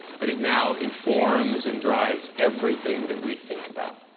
but it now informs and drives everything that we think about.